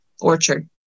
orchard